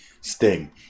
Sting